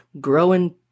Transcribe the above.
growing